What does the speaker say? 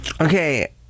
okay